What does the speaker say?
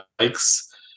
likes